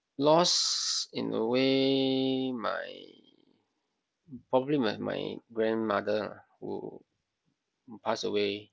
loss in a way my probably my my grandmother lah who who pass away